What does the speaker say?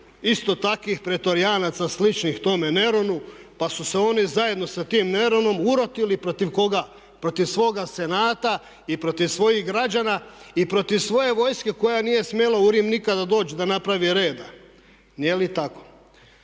isto takvih pretorijanaca sličnih tome Neronu pa su se oni zajedno sa tim Neronom urotili protiv koga? Protiv svoga senata i protiv svojih građana i protiv svoje vojske koja nije smjela u Rim nikada doći da napravi reda. Nije li tako?